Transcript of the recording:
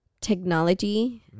technology